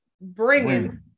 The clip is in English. bringing